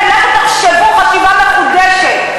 כנראה שבעוד חודש-חודשיים,